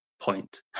point